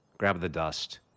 grab the dust.